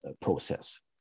process